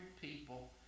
people